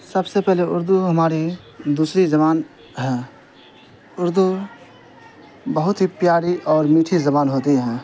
سب سے پہلے اردو ہماری دوسری زبان ہیں اردو بہت ہی پیاری اور میٹھی زبان ہوتی ہیں